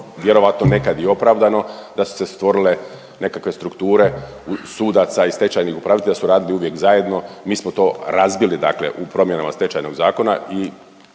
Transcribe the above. vjerojatno nekad i opravdano da su se stvorile nekakve strukture sudaca i stečajni upravitelj da su radili uvijek zajedno. Mi smo to razbili dakle u promjenama Stečajnog zakona